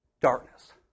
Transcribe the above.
darkness